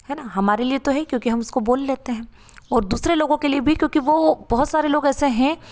है ना हमारे लिए तो है क्योंकि हम इसको बोल लेते हैं और दूसरे लोगों के लिए क्योंकि वो बहुत सारे लोग ऐसे हैं